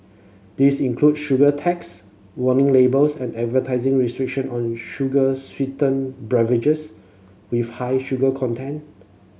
these include sugar tax warning labels and advertising restriction on sugar sweetened with high sugar content